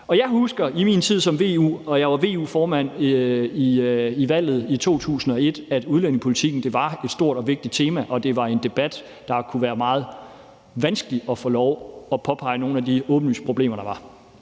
Jeg husker i min tid som VU-er, og jeg var VU-formand ved valget i 2001, at udlændingepolitikken var et stort og vigtigt tema, og at det var en debat, hvor det kunne være meget vanskeligt at få lov at påpege nogle af de åbenlyse problemer, der var.